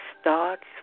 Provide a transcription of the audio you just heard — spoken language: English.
starts